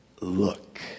look